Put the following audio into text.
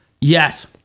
Yes